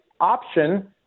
option